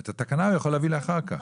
את התקנה אני יכול להביא לאחר כך.